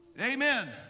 Amen